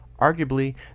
Arguably